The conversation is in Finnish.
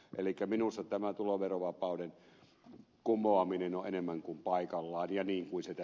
elikkä minusta tämä tuloverovapauden kumoaminen on enemmän paikalla ja niinku isäntä